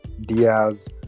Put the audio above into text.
Diaz